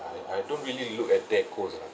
I I don't really look at decors ah